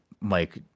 Mike